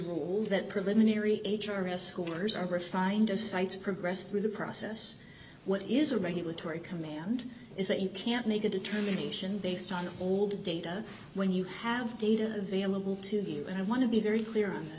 rule that preliminary h r s schoolers are a fine decide to progress through the process what is a regulatory command is that you can't make a determination based on all data when you have data available to you and i want to be very clear on